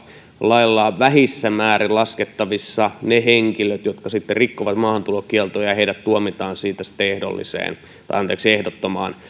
lailla vähissä määrin laskettavissa ne henkilöt jotka sitten rikkovat maahantulokieltoa ja heidät tuomitaan siitä sitten ehdottomaan